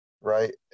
right